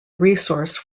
resource